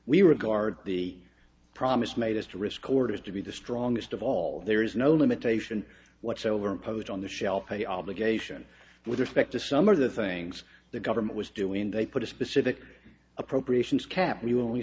we regard the promise made as to risk or to be the strongest of all there is no limitation whatsoever imposed on the shall pay obligation with respect to some of the things the government was doing and they put a specific appropriations cap and you only